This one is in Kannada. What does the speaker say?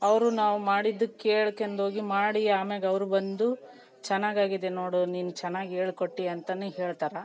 ಅವರು ನಾವು ಮಾಡಿದ್ದು ಕೇಳ್ಕೊಂಡೋಗಿ ಮಾಡಿ ಆಮೇಲೆ ಅವ್ರು ಬಂದು ಚೆನ್ನಾಗಾಗಿದೆ ನೋಡು ನೀನು ಚೆನ್ನಾಗ್ ಹೇಳ್ಕೊಟ್ಟಿ ಅಂತನೇ ಹೇಳ್ತಾರೆ